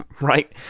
right